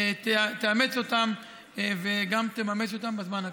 תאמץ אותם וגם תממש אותם בזמן הקרוב.